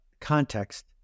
context